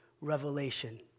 revelation